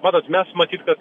matot mes matyt kad